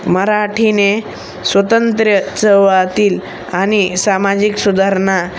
मराठीने स्वतंत्र्य चवातील आणि सामाजिक सुधारणा